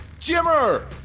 Jimmer